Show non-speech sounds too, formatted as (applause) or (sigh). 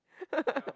(laughs)